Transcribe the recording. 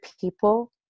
people